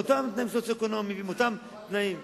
עם אותם תנאים סוציו-אקונומיים ועם אותם תנאים.